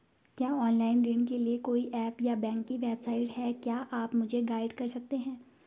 क्या ऑनलाइन ऋण के लिए कोई ऐप या बैंक की वेबसाइट है क्या आप मुझे गाइड कर सकते हैं?